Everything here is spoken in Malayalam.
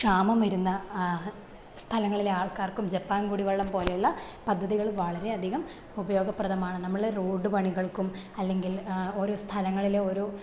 ക്ഷാമം വരുന്ന സ്ഥലങ്ങളിലെ ആള്ക്കാര്ക്കും ജപ്പാന് കുടിവെള്ളം പോലെയുള്ള പദ്ധതികൾ വളരെയധികം ഉപയോഗപ്രദമാണ് നമ്മൾ റോഡ് പണികൾക്കും അല്ലെങ്കിൽ ഓരോ സ്ഥലങ്ങളിലെ ഓരോ